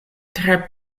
tre